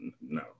no